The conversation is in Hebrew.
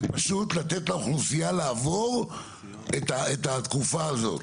הן פשוט לתת לאוכלוסייה לעבור את התקופה הזאת.